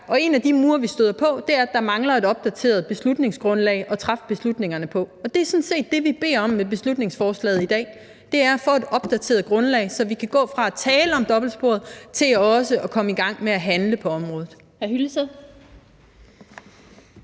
og en af de mure, vi støder på, er, at der mangler et opdateret beslutningsgrundlag at træffe beslutningerne på, og det er sådan set det, vi beder om med beslutningsforslaget i dag. Det, vi beder om, er at få et opdateret grundlag, så vi kan gå fra at tale om dobbeltsporet til også at komme i gang med at handle på området.